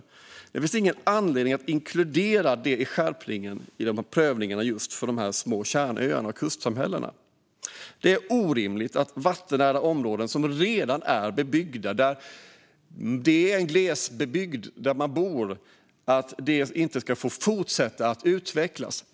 Det finns ingen anledning att inkludera det i skärpningen av prövningen just för dessa små kärnöar och kustsamhällen. Det är orimligt att vattennära områden som redan är bebyggda och där människor bor i en glesbygd inte ska få fortsätta att utvecklas.